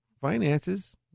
finances